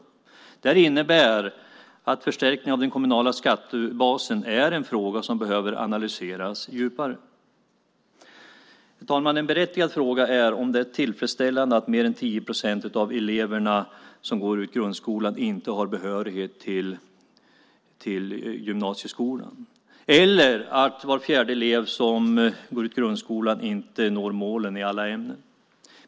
Det här innebär att förstärkningen av den kommunala skattebasen är en fråga som behöver analyseras djupare. Herr talman! En berättigad fråga är om det är tillfredsställande att mer än 10 procent av eleverna som går ut grundskolan inte har behörighet till gymnasieskolan eller att var fjärde elev som går ut grundskolan inte når målen i alla ämnen.